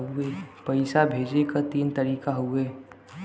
पइसा भेजे क तीन तरीका हउवे